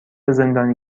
زندانی